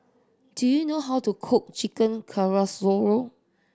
do you know how to cook Chicken